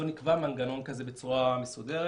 לא נקבע מנגנון כזה בצורה מסודרת.